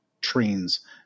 trains